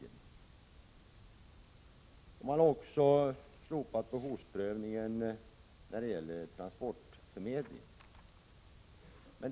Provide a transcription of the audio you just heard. Behovsprövning har också slopats när det gäller transportförmedling.